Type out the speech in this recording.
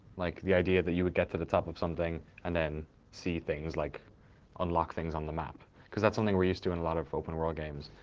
like the idea that you would get to the top of something and then see things, like unlock things on the map? cause that's something we're used to in a lot of open world games,